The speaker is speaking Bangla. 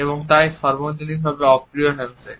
এবং তাই এটি একটি সর্বজনীনভাবে অপ্রিয় হ্যান্ডশেক